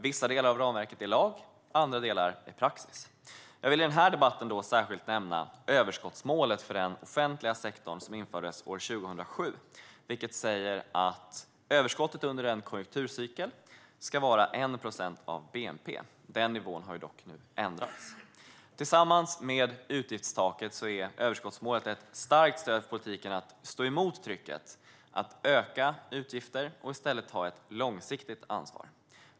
Vissa delar av ramverket är lag, och andra delar är praxis. Jag vill i den här debatten särskilt nämna överskottsmålet för den offentliga sektorn, vilket infördes 2007 och innebär att överskottet under en konjunkturcykel ska vara 1 procent av bnp. Den nivån har dock ändrats nu. Tillsammans med utgiftstaket är överskottsmålet ett starkt stöd för politiken i att stå emot trycket att öka utgifterna och i stället ta ett långsiktigt ansvar.